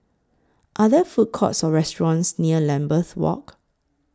Are There Food Courts Or restaurants near Lambeth Walk